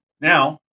Now